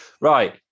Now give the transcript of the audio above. right